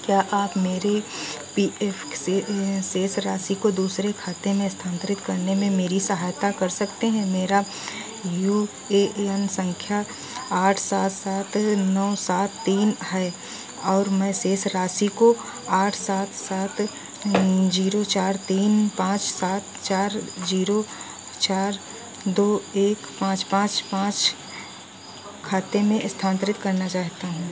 क्या आप मेरे पी एफ़ से शेष राशि को दूसरे खाते में इस्थानान्तरित करने में मेरी सहायता कर सकते हैं मेरी यू ए एन सँख्या आठ सात सात नौ सात तीन है और मैं शेष राशि को आठ सात सात ज़ीरो चार तीन पाँच सात चार ज़ीरो चार दो एक पाँच पाँच पाँच खाते में इस्थानान्तरित करना चाहता हूँ